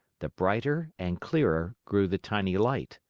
the brighter and clearer grew the tiny light.